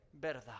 verdad